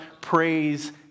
praise